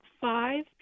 five